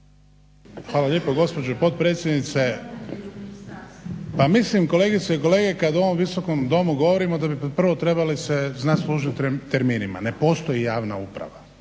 Hvala lijepo gospođo potpredsjednice. Pa mislim kolegice i kolege kada u ovom Visokom domu govorimo da bi trebali se znati služiti terminima. Ne postoji javna uprava.